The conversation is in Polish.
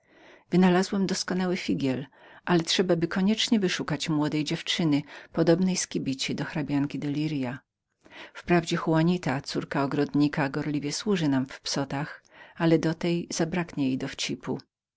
wynalazłem doskonały figiel ale trzebaby koniecznie wyszukać młodej dziewczyny podobnej z kibici do hrabianki lirias wprawdzie juanita córka ogrodnika gorliwie służy nam w psotach ale do tej nie ma